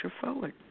forward